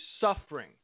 suffering